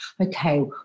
okay